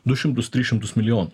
du šimtus tris šimtus milijonų